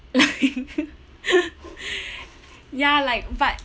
ya like but